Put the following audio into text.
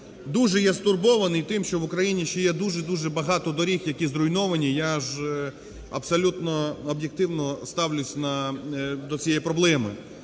дуже є стурбований тим, що в Україні ще є дуже-дуже багато доріг, які зруйновані. Я ж абсолютно об'єктивно ставлюсь до цієї проблеми,